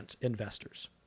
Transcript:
investors